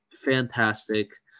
fantastic